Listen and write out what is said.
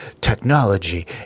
technology